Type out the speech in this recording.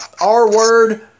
R-word